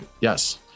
Yes